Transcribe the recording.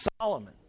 Solomon